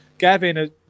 Gavin